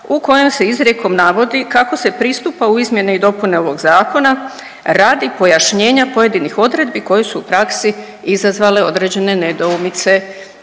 u kojem se izrijekom navodi kako se pristupa u izmjene i dopune ovog zakona radi pojašnjenja pojedinih odredbi koje su u praksi izazvale određene nedoumice.